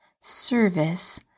Service